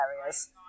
areas